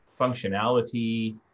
functionality